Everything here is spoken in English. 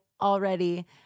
already